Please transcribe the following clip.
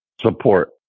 support